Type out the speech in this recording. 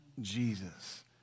Jesus